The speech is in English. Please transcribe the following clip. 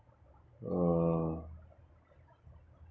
err